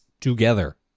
together